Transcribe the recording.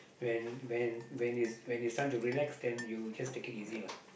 when when when it's when it's time to relax then you just take it easy lah